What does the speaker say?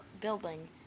building